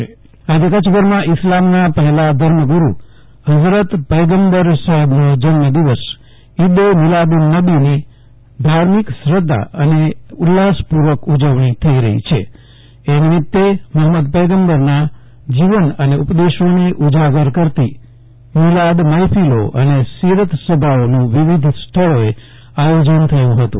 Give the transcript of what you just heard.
જયદિપ વૈષ્ણવ કચ્છમાં ઈદની ઉજવણી આજે કચ્છ ભરમાં ઈસ્લામના પહેલા ધર્મગુરૂ હઝરત પયંગબર સાહેબનો જન્મ દિવસ ઈદે મિલાદ ઉન નબીની ધાર્મિક શ્રધ્ધા અને ઉલ્લાસપુર્વક ઉજવણી થઈ રહી છે એ નિમ્તિ મહમ્મદ પયંગબરના જીવન અને ઉપદેશોને ઉજાગર કરતી મીલાદ મહેકેલો અને સીરત સભાઓનું વિવિધ સ્થળોએ આયોજન થયુ હતું